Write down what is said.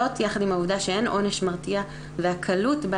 זאת יחד עם העובדה שאין עונש מרתיע והקלות בה